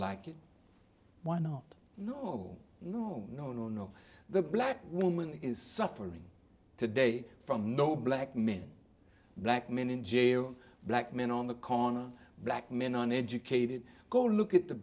like it why not no no no no no the black woman is suffering today from no black men that men in jail black men on the corner black men an educated go look at the